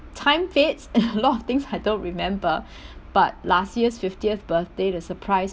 time fits a lot of things I don't remember but last year's fiftieth birthday the surprise